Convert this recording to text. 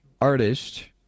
artist